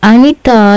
Anita